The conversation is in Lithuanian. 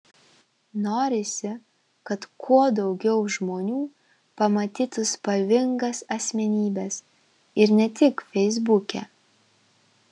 norisi kad kuo daugiau žmonių pamatytų spalvingas asmenybes ir ne tik feisbuke